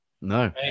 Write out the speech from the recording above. no